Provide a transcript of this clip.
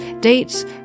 dates